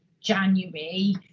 January